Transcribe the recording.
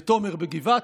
ותומר בגבעתי.